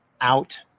out